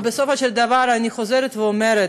אבל בסופו של דבר אני חוזרת ואומרת: